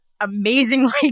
amazingly